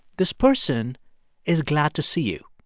this person is glad to see you.